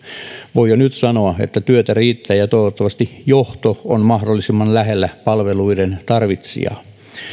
voi jo nyt sanoa että työtä riittää ja toivottavasti johto on mahdollisimman lähellä palveluiden tarvitsijaa